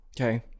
Okay